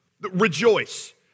Rejoice